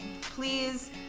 Please